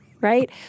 Right